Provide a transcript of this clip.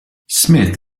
smith